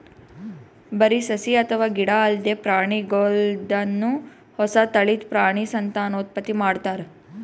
ಬರಿ ಸಸಿ ಅಥವಾ ಗಿಡ ಅಲ್ದೆ ಪ್ರಾಣಿಗೋಲ್ದನು ಹೊಸ ತಳಿದ್ ಪ್ರಾಣಿ ಸಂತಾನೋತ್ಪತ್ತಿ ಮಾಡ್ತಾರ್